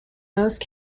most